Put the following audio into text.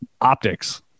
optics